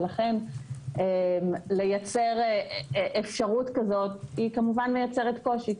ולכן לייצר אפשרות כזאת היא כמובן מייצרת קושי.